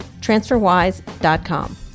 TransferWise.com